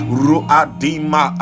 ruadima